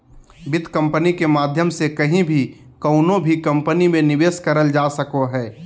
वित्त कम्पनी के माध्यम से कहीं भी कउनो भी कम्पनी मे निवेश करल जा सको हय